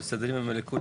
מה?